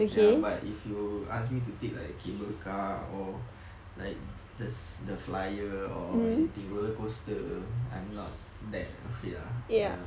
ya but if you ask me to take like a cable car or like the the s~ flyer or anything roller coaster I'm not that afraid lah ya